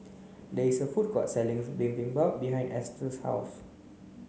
there is a food court Bibimbap behind Esther's house